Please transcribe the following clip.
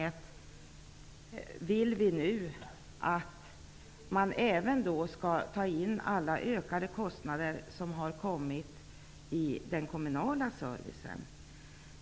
Vi vill också att man i detta sammanhang tar med alla de kostnadsökningar som har genomförts i den kommunala servicen.